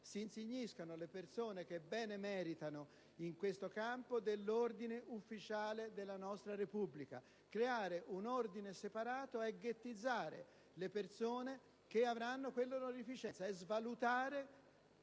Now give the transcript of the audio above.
si insigniscano le persone che hanno benemerenze in questo campo dell'Ordine ufficiale della nostra Repubblica: creare un Ordine separato significa ghettizzare le persone che avranno quell'onorificenza, svalutare